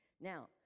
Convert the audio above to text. Now